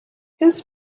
his